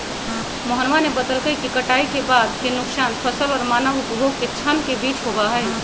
मोहनवा ने बतल कई कि कटाई के बाद के नुकसान फसल और मानव उपभोग के क्षण के बीच होबा हई